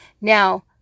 Now